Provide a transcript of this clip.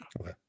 okay